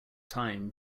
time